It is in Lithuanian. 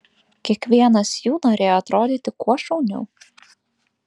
kiekvienas jų norėjo atrodyti kuo šauniau